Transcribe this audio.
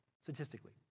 statistically